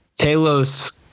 Talos